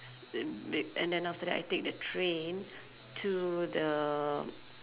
and d~ and then after that I take the train to the